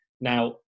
Now